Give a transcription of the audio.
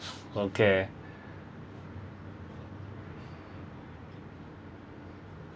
okay